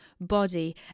body